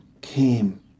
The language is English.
came